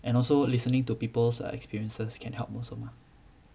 and also listening to people's experiences can help also mah